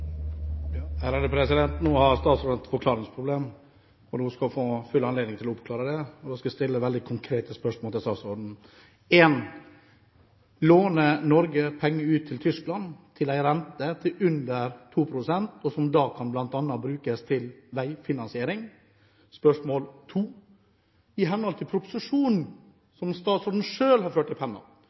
har et forklaringsproblem – og hun skal få full anledning til å oppklare det nå. Jeg skal stille veldig konkrete spørsmål til statsråden. 1: Låner Norge penger ut til Tyskland til en rente på under 2 pst., som bl.a. kan brukes til veifinansiering? 2: I henhold til proposisjonen som statsråden selv har ført i pennen,